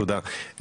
תודה.